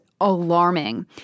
alarming